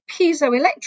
piezoelectric